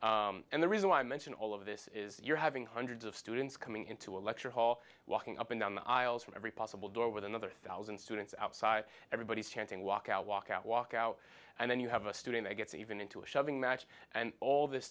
up and the reason i mention all of this is you're having hundreds of students coming into a lecture hall walking up and down the aisles from every possible door with another thousand students outside everybody's chanting walk out walk out walk out and then you have a student that gets even into a shoving match and all this